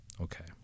Okay